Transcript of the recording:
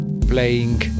playing